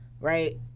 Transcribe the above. right